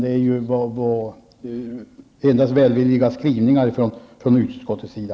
Det är endast välvilliga skrivningar från utskottets sida.